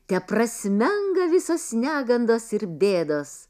teprasmenga visos negandos ir bėdos